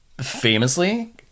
famously